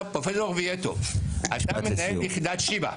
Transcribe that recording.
פרופ' אורביטו, אתה מנהל ביחידת שיבא,